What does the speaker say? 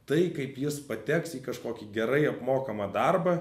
tai kaip jis pateks į kažkokį gerai apmokamą darbą